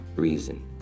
reason